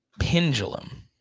pendulum